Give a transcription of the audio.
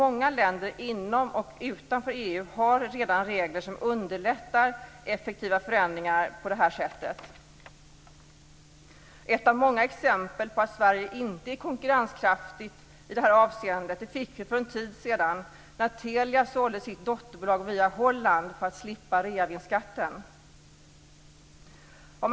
Många länder inom och utanför EU har redan regler som underlättar effektiva förändringar på det här sättet. Ett av många exempel på att Sverige inte är konkurrenskraftigt i det här avseendet fick vi för en tid sedan när Telia sålde sitt dotterbolag via Holland för att slippa reavinstskatten.